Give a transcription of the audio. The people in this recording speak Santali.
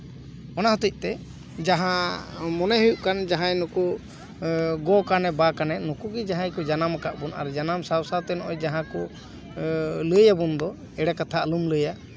ᱚᱱᱟ ᱦᱚᱛᱮ ᱛᱮ ᱡᱟᱦᱟᱸ ᱢᱚᱱᱮ ᱦᱩᱭᱩᱜ ᱠᱟᱱ ᱱᱩᱠᱩ ᱜᱚ ᱠᱟᱱᱮ ᱵᱟ ᱠᱟᱱᱮ ᱱᱩᱠᱩ ᱜᱮ ᱡᱟᱦᱟᱸᱭ ᱠᱚ ᱡᱟᱱᱟᱢ ᱠᱟᱜ ᱵᱚᱱ ᱟᱨ ᱡᱟᱱᱟᱢ ᱥᱟᱶ ᱥᱟᱶᱛᱮ ᱡᱟᱦᱟᱸ ᱠᱚ ᱞᱟᱹᱭ ᱟᱵᱚᱱ ᱫᱚ ᱮᱲᱮ ᱠᱟᱛᱷᱟ ᱟᱞᱚᱢ ᱞᱟᱹᱭᱟ